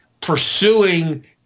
pursuing